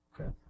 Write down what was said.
Okay